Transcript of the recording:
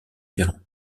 ferrand